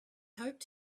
hoped